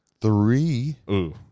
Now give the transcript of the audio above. three